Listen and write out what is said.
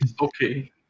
okay